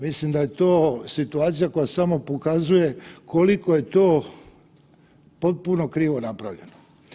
Mislim da je to situacija koja samo pokazuje koliko je to potpuno krivo napravljeno.